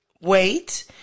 Wait